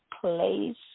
place